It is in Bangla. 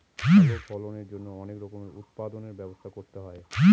ভালো ফলনের জন্যে অনেক রকমের উৎপাদনর ব্যবস্থা করতে হয়